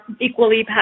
equally